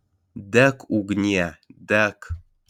dek ugnie dek